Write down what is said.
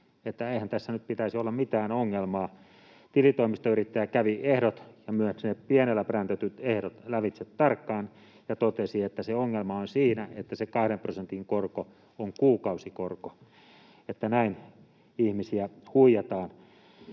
eihän tässä nyt pitäisi olla mitään ongelmaa. Tilitoimistoyrittäjä kävi ehdot ja myös ne pienellä präntätyt ehdot lävitse tarkkaan ja totesi, että se ongelma on siinä, että se 2 prosentin korko on kuukausikorko. Näin ihmisiä huijataan.